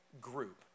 group